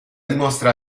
dimostra